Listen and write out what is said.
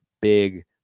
big